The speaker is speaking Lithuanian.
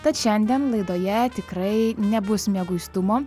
tad šiandien laidoje tikrai nebus mieguistumo